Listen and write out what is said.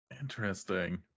interesting